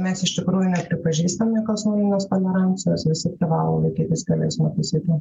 mes iš tikrųjų nepripažįstame jokios nulinės tolerančijos visi privalo laikytis kelių eismo taisyklių